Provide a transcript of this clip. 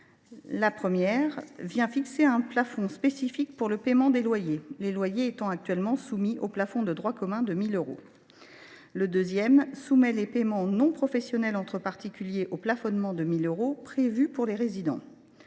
La première vise à fixer un plafond spécifique pour le paiement des loyers, ces derniers étant actuellement soumis au plafond de droit commun de 1 000 euros. La deuxième tend à soumettre les paiements non professionnels entre particuliers au plafonnement de 1 000 euros prévus pour les résidents